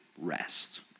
Rest